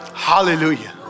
Hallelujah